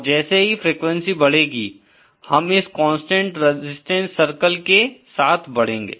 और जैसे ही फ्रेक्वेंसी बढ़ेगी हम इस कांस्टेंट रेजिस्टेंस सर्किल के साथ बढ़ेंगे